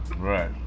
right